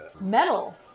Metal